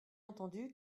entendu